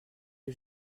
les